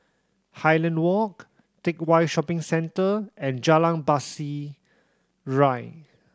Highland Walk Teck Whye Shopping Centre and Jalan Pasir Ria